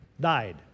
died